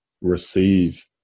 receive